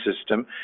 system